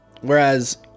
Whereas